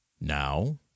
Now